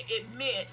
admit